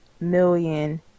million